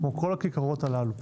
כמו כל הכיכרות הללו,